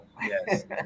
Yes